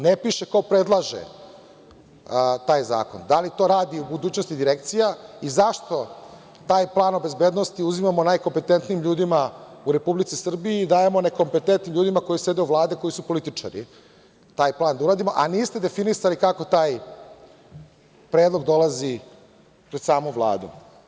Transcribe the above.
Ne piše ko predlaže taj zakon, da li to radi u budućnosti Direkcija i zašto taj plan o bezbednosti uzimamo najkompetentnijim ljudima u Republici Srbiji i dajemo nekompetentnim ljudima koji sede u Vladi, koji su političari, taj plan da urade, a niste definisali kako taj predlog dolazi pred samu Vladu.